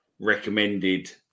recommended